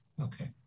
okay